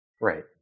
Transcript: Right